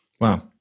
Wow